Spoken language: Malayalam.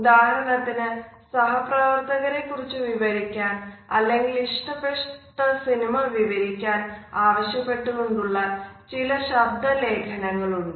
ഉദാഹരണത്തിന് സഹപ്രവർത്തകരെ കുറിച്ച് വിവരിക്കാൻ അല്ലെങ്കിൽ ഇഷ്ടപ്പെട്ട സിനിമ വിവരിക്കാൻ ആവശ്യപ്പെട്ടു കൊണ്ടുള്ള ചില ശബ്ദ ലേഖനങ്ങൾ ഉണ്ട്